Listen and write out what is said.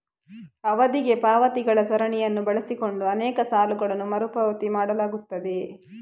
ಅವಧಿಗೆ ಪಾವತಿಗಳ ಸರಣಿಯನ್ನು ಬಳಸಿಕೊಂಡು ಅನೇಕ ಸಾಲಗಳನ್ನು ಮರು ಪಾವತಿ ಮಾಡಲಾಗುತ್ತದೆ